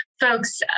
folks